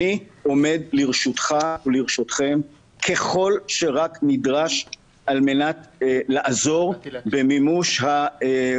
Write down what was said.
אני עומד לרשותך ולרשותכם ככל שרק נדרש על מנת לעזור במימוש ה-,